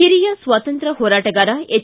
ಹಿರಿಯ ಸ್ವಾತಂತ್ರ್ಯ ಹೋರಾಟಗಾರ ಎಚ್